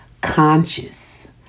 conscious